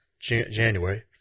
January